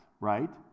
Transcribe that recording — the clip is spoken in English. right